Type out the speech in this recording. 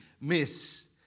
miss